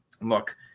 look